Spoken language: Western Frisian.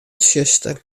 tsjuster